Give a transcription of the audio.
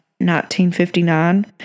1959